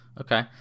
Okay